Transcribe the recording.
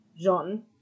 Jean